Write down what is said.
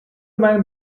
man